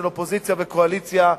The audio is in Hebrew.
של אופוזיציה וקואליציה,